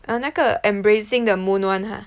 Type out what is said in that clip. err 那个 Embracing the Moon one !huh!